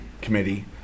Committee